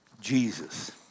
Jesus